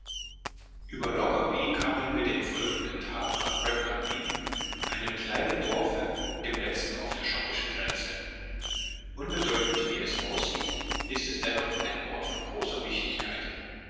über lockerbie kamen wir den folgenden tag nach gretna green einem kleinen dorfe dem letzten auf der schottischen grenze unbedeutend wie es aussieht ist es dennoch ein ort von großer wichtigkeit